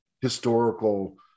historical